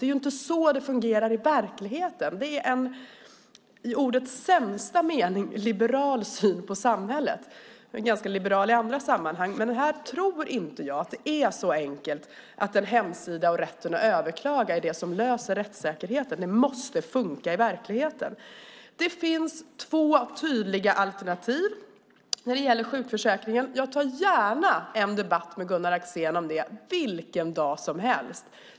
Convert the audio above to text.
Det är inte så det fungerar i verkligheten. Det är en i ordets sämsta mening liberal syn på samhället. Jag är ganska liberal i andra sammanhang, men här tror jag inte att det är så enkelt att en hemsida och rätten att överklaga är det som löser rättssäkerheten. Det måste funka i verkligheten. Det finns två tydliga alternativ när det gäller sjukförsäkringen. Jag tar gärna en debatt med Gunnar Axén om det vilken dag som helst.